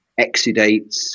exudates